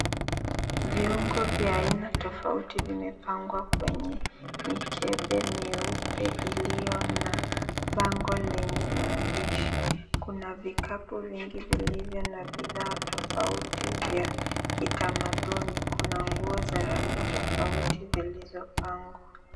Viungo vya aina tofauti vi mepangwa kwenye mikebe mieupe iliyo na bango lenye maandishi. Kuna vikapu vingi vilivyo na bidhaa tofauti vya kitamaduni. Kuna nguo za rangi tofauti zilizopangwa.